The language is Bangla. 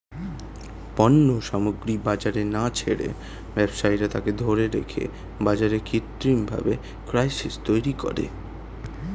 পণ্য সামগ্রী বাজারে না ছেড়ে ব্যবসায়ীরা তাকে ধরে রেখে বাজারে কৃত্রিমভাবে ক্রাইসিস তৈরী করে